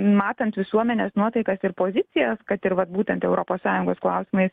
matant visuomenės nuotaikas ir pozicijas kad ir vat būtent europos sąjungos klausimais